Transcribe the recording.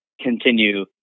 continue